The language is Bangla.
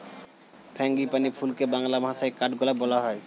ফ্র্যাঙ্গিপানি ফুলকে বাংলা ভাষায় কাঠগোলাপ বলা হয়